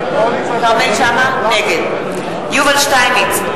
נגד יובל שטייניץ,